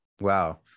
Wow